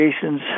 Jason's